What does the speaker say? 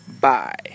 Bye